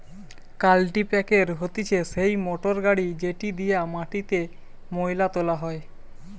কাল্টিপ্যাকের হতিছে সেই মোটর গাড়ি যেটি দিয়া মাটিতে মোয়লা তোলা হয়